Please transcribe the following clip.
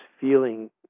feeling